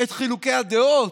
את חילוקי הדעות,